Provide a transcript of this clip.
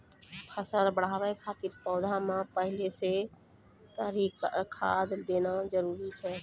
फसल बढ़ाबै खातिर पौधा मे पहिले से तरली खाद देना जरूरी छै?